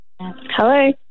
Hello